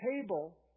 table